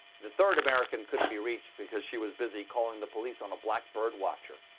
the third american couldn't be reached because she was busy calling the police on a black bird watcher.